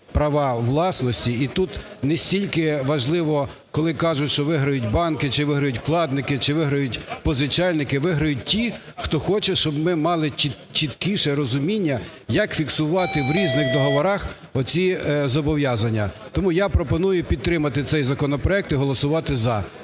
права власності. І тут не стільки важливо, коли кажуть, що виграють банки чи виграють вкладники, чи виграють позичальники. Виграють ті, хто хоче, щоб ми мали чіткіше розуміння, як фіксувати в різних договорах оці зобов'язання. Тому я пропоную підтримати цей законопроект і голосувати "за".